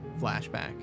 flashback